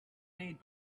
made